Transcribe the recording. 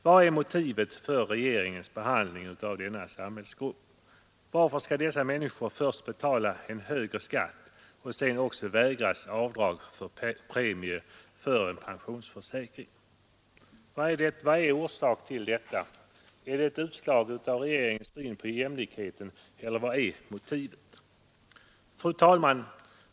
Vilket är motivet för regeringens behandling av denna samhällsgrupp? Varför skall dessa människor först betala en högre skatt och sedan också vägras avdrag för premier för en pensionsförsäkring? Vad är det för orsak till detta? Är det ett utslag av regeringens syn på jämlikheten, eller vilket är motivet? Fru talman!